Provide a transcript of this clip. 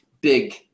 big